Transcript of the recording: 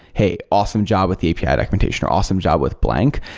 hey, awesome job with the api documentation, or awesome job with blank.